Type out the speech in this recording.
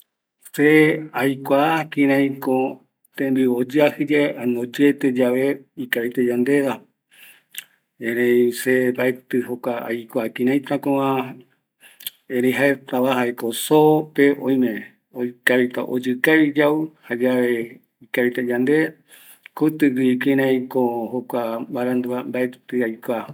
Se aikua kiraiko tembiu oyeapɨ yave jare oyia yave ikavitako yandeva, erei jokua se mbaetɨ aikua kiraitakova, erei jaetava jaeko soo oipotata oyɨ kavi yau, jayave ikavita yande, kutiguiko kiraiko jokua mbarandu va mbaetɨ aikua